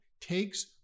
takes